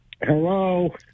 Hello